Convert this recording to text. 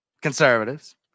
Conservatives